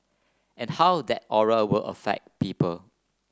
and how that aura will affect people